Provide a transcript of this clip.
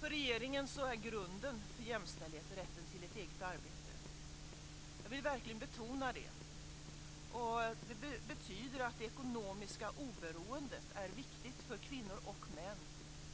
För regeringen är grunden till jämställdhet rätten till ett eget arbete. Jag vill verkligen betona det. Det betyder att det ekonomiska oberoendet är viktigt för kvinnor och män.